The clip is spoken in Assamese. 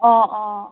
অঁ অঁ